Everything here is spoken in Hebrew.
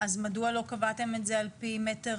אז מדוע לא קבעתם את זה על פי מ"ר?